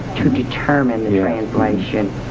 to determine the translation,